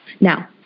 Now